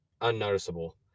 unnoticeable